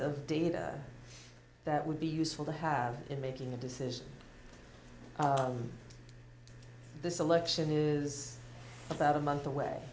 of data that would be useful to have in making the decision this election is about a month away